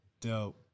Dope